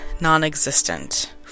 non-existent